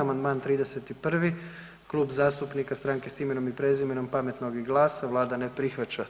Amandman 31, Klub zastupnika Stranke s imenom i prezimenom, Pametnog i GLAS-a Vlada ne prihvaća.